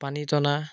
পানী টনা